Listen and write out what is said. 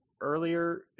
earlier